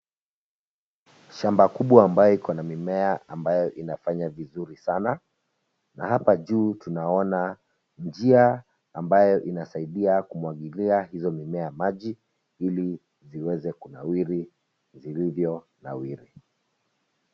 Shamba kubwa ambayo iko na mimea ambayo infanya vizuri sana na hapa juu tunanaona njia ambayo inasaidia kumwagilia hizo mimea maji ili ziweze kunawiri zilivyo nawiri.